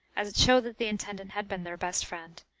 as it showed that the intendant had been their best friend,